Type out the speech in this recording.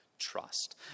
trust